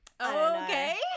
Okay